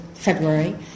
February